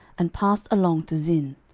and passed along to zin,